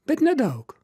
bet nedaug